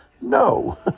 no